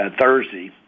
Thursday